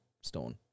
Stone